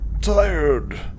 Tired